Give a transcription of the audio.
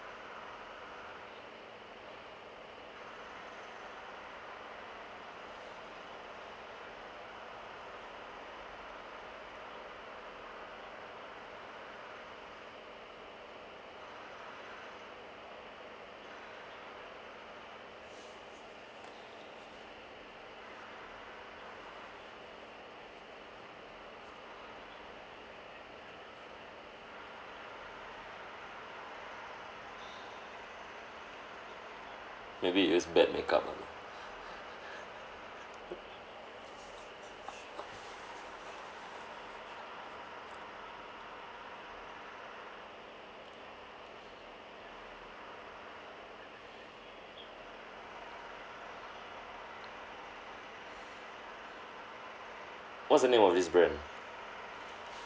maybe it was bad makeup ah what's the name of this brand